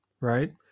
right